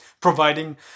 providing